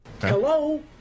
Hello